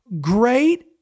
great